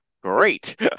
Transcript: great